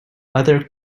other